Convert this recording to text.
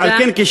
ועל כן,